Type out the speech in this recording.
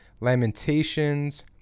Lamentations